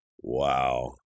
Wow